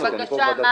בבקשה, טייס.